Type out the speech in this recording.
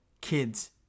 kids